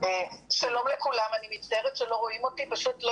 שלום לכולם, אנחנו לא